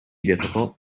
difficult